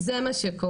זה מה שקורה.